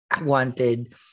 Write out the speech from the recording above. wanted